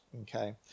Okay